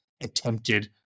attempted